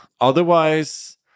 Otherwise